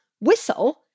whistle